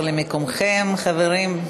למקומותיכם, חברים.